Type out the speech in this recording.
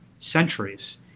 centuries